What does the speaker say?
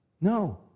No